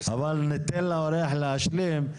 אבל ניתן לאורח להשלים,